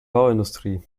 bauindustrie